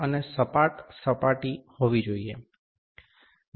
અને સપાટી સપાટ હોવી જોઈએ